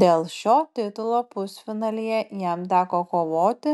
dėl šio titulo pusfinalyje jam teko kovoti